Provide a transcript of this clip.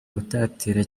gutatira